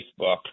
Facebook